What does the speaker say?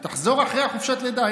היא תחזור אחרי חופשת הלידה.